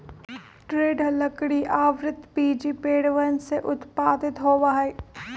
दृढ़ लकड़ी आवृतबीजी पेड़वन से उत्पादित होबा हई